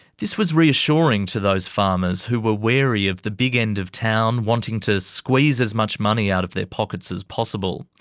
this was reassuring to those farmers who were wary of the big end of town wanting to squeeze as much money out of their pockets as possible.